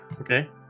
okay